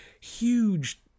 huge